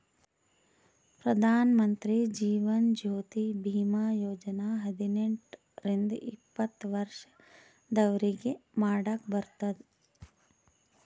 ಪ್ರಧಾನ್ ಮಂತ್ರಿ ಜೀವನ್ ಜ್ಯೋತಿ ಭೀಮಾ ಯೋಜನಾ ಹದಿನೆಂಟ ರಿಂದ ಎಪ್ಪತ್ತ ವರ್ಷ ಇದ್ದವ್ರಿಗಿ ಮಾಡಾಕ್ ಬರ್ತುದ್